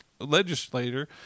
legislator